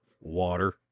Water